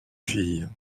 fille